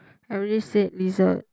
I already said lizard